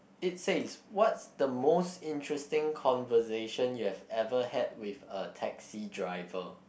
it says what's the most interesting conversation you have ever had with a taxi driver